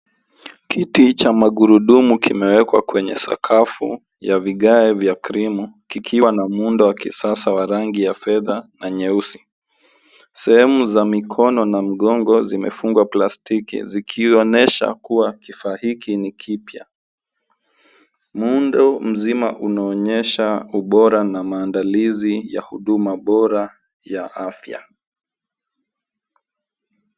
Kiti cha magurudumu kimewekwa kwenye sakafu ya vigae vya krimu kikiwa na muundo wa kisasa wa rangi ya fedha na nyeusi. Sehemu za mikono na mgongo zimefungwa plastiki zikionyesha kuwa kifaa hiki ni kipya. Muundo mzima unaonyesha ubora na maandalizi ya huduma bora ya afya.